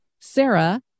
Sarah